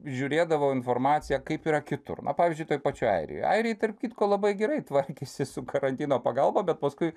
žiūrėdavau informaciją kaip yra kitur na pavyzdžiui toj pačioj airijoje airija tarp kitko labai gerai tvarkėsi su karantino pagalba bet paskui